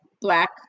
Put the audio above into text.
black